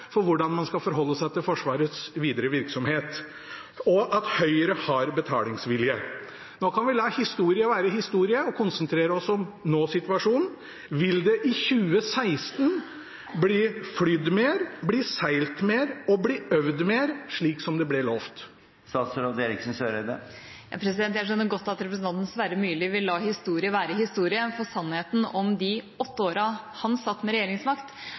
hvordan man skal forholde seg til Forsvarets videre virksomhet, og at Høyre har betalingsvilje. Nå kan vi la historie være historie og konsentrere oss om nåsituasjonen. Vil det i 2016 bli flydd mer, bli seilt mer og bli øvd mer, slik som det ble lovt? Jeg skjønner godt at representanten Sverre Myrli vil la historie være historie, for sannheten om de åtte åra hans parti satt med regjeringsmakt,